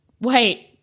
Wait